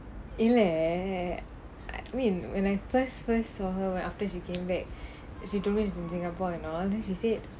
இல்ல:illa I mean when I first first saw her when after she came back as you don't live in singapore and all then she said